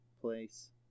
place